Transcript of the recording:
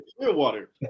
Clearwater